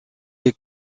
est